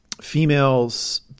females